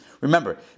remember